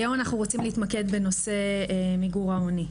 היום אנחנו רוצים להתמקד בנושא מיגור העוני.